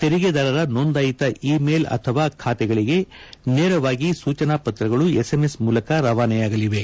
ತೆರಿಗೆದಾರರ ನೋಂದಾಯಿತ email ಅಥವಾ ಖಾತೆಗಳಿಗೆ ನೇರವಾಗಿ ಸೂಚನಾ ಪತ್ರಗಳು ಎಸ್ಎಮ್ಎಸ್ ಮೂಲಕ ರವಾನೆಯಾಗಲಿವೆ